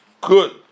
good